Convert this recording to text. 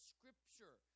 Scripture